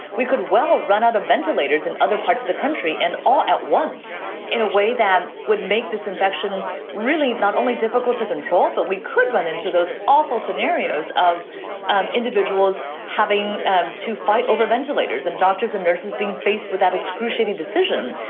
we could well run out of ventilators in other parts of the country and all at once in a way that would make this infection really not only difficult to control, but we could run into those awful scenarios of um individuals having to fight over ventilators and doctors and nurses being faced with that excruciating decision,